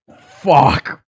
fuck